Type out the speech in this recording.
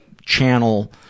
channel